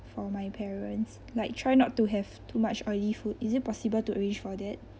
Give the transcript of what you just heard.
for my parents like try not to have too much oily food is it possible to arrange for that